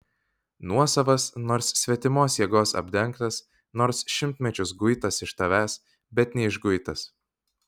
nuosavas nors svetimos jėgos apdengtas nors šimtmečius guitas iš tavęs bet neišguitas